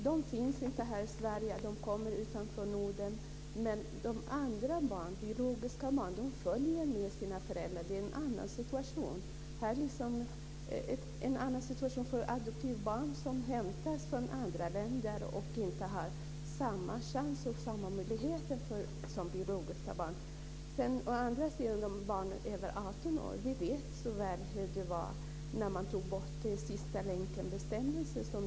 De finns inte här i Sverige, de kommer från länder utanför Norden, men de andra, de biologiska barnen, följer med sina föräldrar. Det är en annan situation för adoptivbarn som hämtas från andra länder och inte har samma chans och samma möjligheter som biologiska barn. När det å andra sidan gäller barn över 18 år vet vi hur det var när man tog bort sista-länkenbestämmelsen.